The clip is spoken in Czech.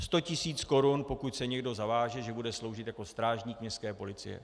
Sto tisíc korun, pokud se někdo zaváže, že bude sloužit jako strážník městské policie.